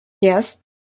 Yes